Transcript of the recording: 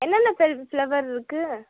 என்னென்ன ஃப்ள ஃப்ளவர் இருக்குது